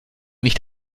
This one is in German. nicht